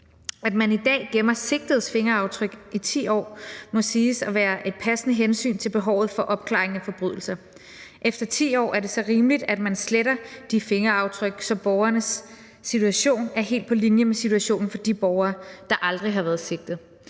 At man i dag gemmer sigtedes fingeraftryk i 10 år, må siges at være et passende hensyn til behovet for opklaring af forbrydelser. Efter 10 år er det så rimeligt, at man sletter de fingeraftryk, så borgernes situation er helt på linje med situationen for de borgere, der aldrig har været sigtet.